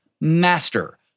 master